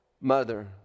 mother